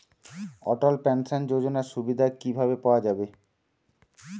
অটল pension যোজনার সুবিধা কি ভাবে পাওয়া যাবে?